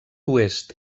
oest